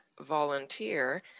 volunteer